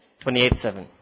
28-7